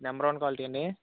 number one quality అండి